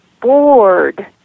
bored